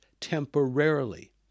temporarily